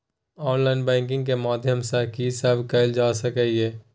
Online banking के माध्यम सं की सब कैल जा सके ये?